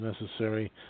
necessary